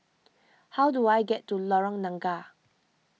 how do I get to Lorong Nangka